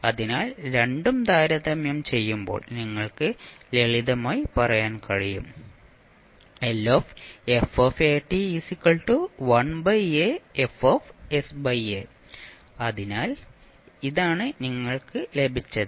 അതിനാൽ രണ്ടും താരതമ്യം ചെയ്യുമ്പോൾ നിങ്ങൾക്ക് ലളിതമായി പറയാൻ കഴിയും അതിനാൽ ഇതാണ് നിങ്ങൾക്ക് ലഭിച്ചത്